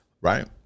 right